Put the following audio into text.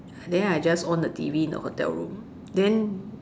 then I just on the T_V in the hotel room then